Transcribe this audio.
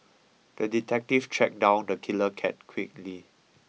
the detective tracked down the killer cat quickly